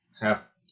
half